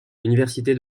l’université